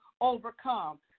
overcome